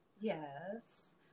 yes